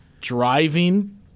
driving